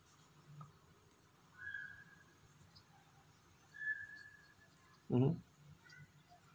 mmhmm